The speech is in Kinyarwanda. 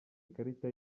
ikarita